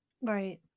Right